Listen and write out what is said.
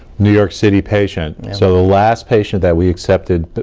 new york city patient. so the last patient that we accepted, but